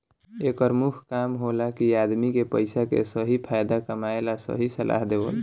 एकर मुख्य काम होला कि आदमी के पइसा के सही फायदा कमाए ला सही सलाह देवल